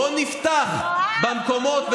בואו נפתח במקומות,